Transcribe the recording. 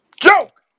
Joke